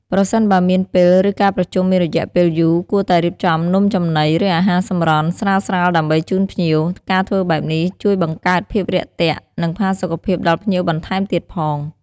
ប្រសិនបើមានពេល ឬការប្រជុំមានរយៈពេលយូរ គួរតែរៀបចំនំចំណី ឬអាហារសម្រន់ ស្រាលៗដើម្បីជូនភ្ញៀវ ការធ្វើបែបនេះជួយបង្កើនភាពរាក់ទាក់ និងផាសុកភាពដល់ភ្ញៀវបន្ថែមទៀតផង។